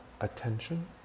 attention